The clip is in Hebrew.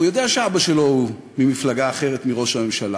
הוא יודע שאבא שלו ממפלגה אחרת מזו של ראש הממשלה,